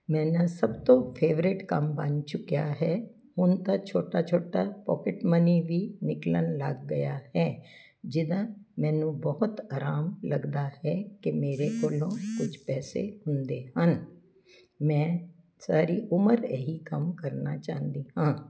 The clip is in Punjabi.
ਮੇਰਾ ਸਭ ਤੋਂ ਫੇਵਰੇਟ ਕੰਮ ਬਣ ਚੁੱਕਿਆ ਹੈ ਹੁਣ ਤਾਂ ਛੋਟਾ ਛੋਟਾ ਪੋਕਟ ਮਨੀ ਵੀ ਨਿਕਲਣ ਲੱਗ ਗਿਆ ਹੈ ਜਿਹਦਾ ਮੈਨੂੰ ਬਹੁਤ ਆਰਾਮ ਲੱਗਦਾ ਹੈ ਕਿ ਮੇਰੇ ਕੋਲੋਂ ਕੁੱਝ ਪੈਸੇ ਹੁੰਦੇ ਹਨ ਮੈਂ ਸਾਰੀ ਉਮਰ ਇਹੀ ਕੰਮ ਕਰਨਾ ਚਾਹੁੰਦੀ ਹਾਂ